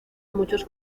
muchos